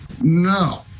no